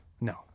No